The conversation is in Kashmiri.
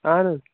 اَہَن حظ